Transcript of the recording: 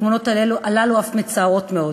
התמונות הללו אף מצערות מאוד.